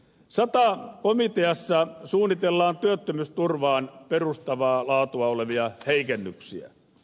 sata komiteassa suunnitellaan työttömyysturvaan perustavaa laatua olevia heikennyksiä